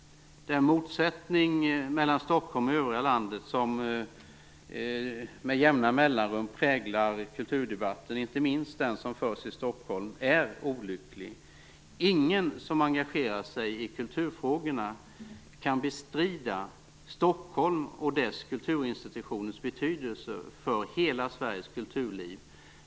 Den motsättning mellan Stockholm och övriga landet som med jämna mellanrum präglar kulturdebatten, inte minst den som förs i Stockholm, är olycklig. Ingen som engagerar sig i kulturfrågorna kan bestrida Stockholms och dess kulturinstitutioners betydelse för hela Sveriges kulturliv.